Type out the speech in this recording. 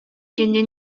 кэннин